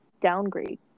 downgrade